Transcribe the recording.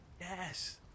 Yes